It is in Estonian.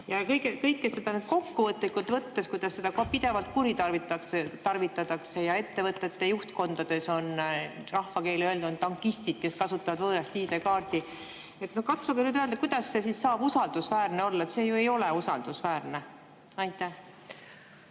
Kõike seda kokkuvõtlikult [arvestades], kuidas seda pidevalt kuritarvitatakse – näiteks ettevõtete juhtkondades on rahvakeeli öelduna tankistid, kes kasutavad võõrast ID‑kaarti –, katsuge nüüd öelda, kuidas see siis saab usaldusväärne olla. See ju ei ole usaldusväärne. Ma